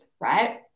right